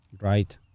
Right